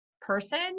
person